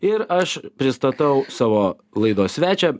ir aš pristatau savo laidos svečią